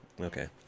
Okay